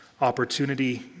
opportunity